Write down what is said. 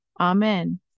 amen